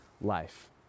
life